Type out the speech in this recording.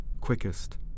quickest